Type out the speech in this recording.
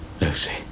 Lucy